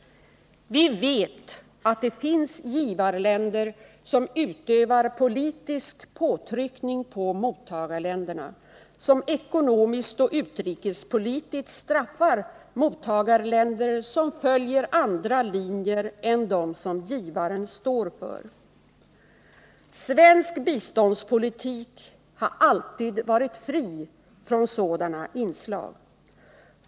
Vi vet att det finns givarländer som utövar politisk påtryckning på mottagarländerna, som ekonomiskt och utrikespolitiskt straffar mottagarländer som följer andra linjer än dem som givaren står för. Svensk biståndspolitik har alltid varit fri från sådana inslag.